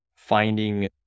finding